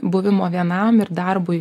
buvimo vienam ir darbui